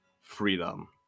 freedom